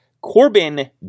Corbin